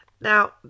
Now